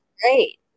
great